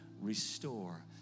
restore